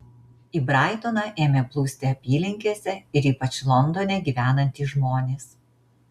į braitoną ėmė plūsti apylinkėse ir ypač londone gyvenantys žmonės